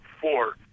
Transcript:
four